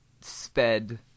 sped